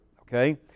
Okay